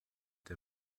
der